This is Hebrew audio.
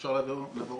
אפשר לעבור